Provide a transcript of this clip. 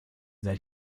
that